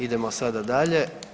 Idemo sada dalje.